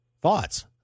Thoughts